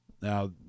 now